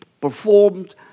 performed